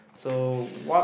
so what